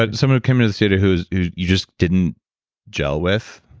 but someone who came to the studio who you you just didn't gel with,